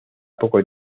poco